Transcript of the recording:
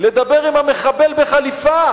לדבר עם המחבל בחליפה,